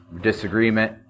disagreement